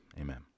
Amen